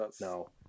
No